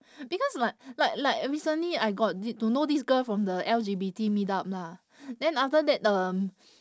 because like like like recently I got to know this girl from the L_G_B_T meet up lah then after that um